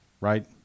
right